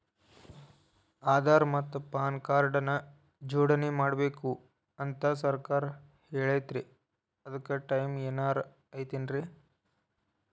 ಆಧಾರ ಮತ್ತ PAN card ನ ಜೋಡಣೆ ಮಾಡ್ಬೇಕು ಅಂತಾ ಸರ್ಕಾರ ಹೇಳೈತ್ರಿ ಅದ್ಕ ಟೈಮ್ ಏನಾರ ಐತೇನ್ರೇ?